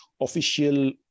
official